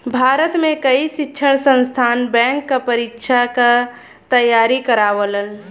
भारत में कई शिक्षण संस्थान बैंक क परीक्षा क तेयारी करावल